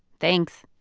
thanks